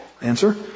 Answer